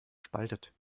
spaltet